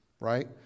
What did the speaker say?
Right